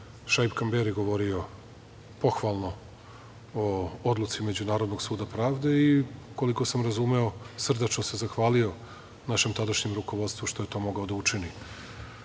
Šaip Kamberi govorio pohvalno o odluci Međunarodnog suda pravde, i koliko sam razumeo, srdačno se zahvalio našem tadašnjem rukovodstvu što je to mogao da učini. Ne